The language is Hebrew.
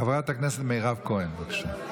חברת הכנסת מירב כהן, בבקשה.